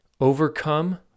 overcome